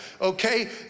okay